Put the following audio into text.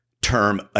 term